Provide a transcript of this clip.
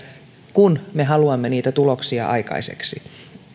kun me haluamme niitä tuloksia aikaiseksi